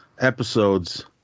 episodes